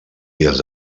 dies